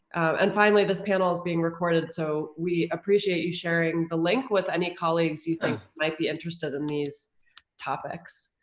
and finally this panel is being recorded. so we appreciate you sharing the link with any colleagues you think might be interested in these topics.